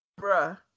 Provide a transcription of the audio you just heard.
bruh